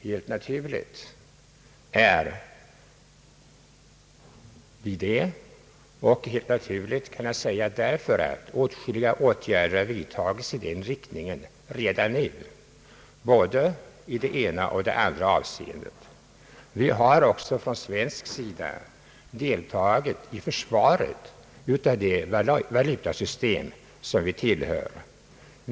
Helt naturligt är vi det. Jag kan säga helt naturligt därför att åtskilliga åtgärder har vidtagits i den riktningen redan nu i både det ena och andra avseendet. Vi har också från svensk sida deltagit i försvaret av det valutasystem som vi tillhör.